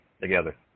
together